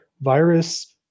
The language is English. virus